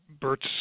Bert's